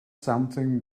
something